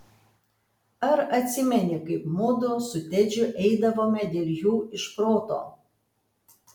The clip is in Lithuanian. ar atsimeni kaip mudu su tedžiu eidavome dėl jų iš proto